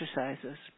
exercises